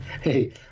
Hey